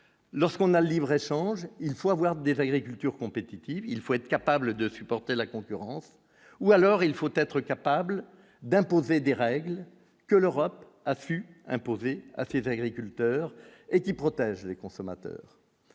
lorsqu'on a Libre-échange : il faut avoir des agriculture compétitive, il faut être capable de supporter la concurrence ou alors il faut être capable d'imposer des règles que l'Europe a fut imposée, a fait 20 agriculteurs et qui protège les consommateurs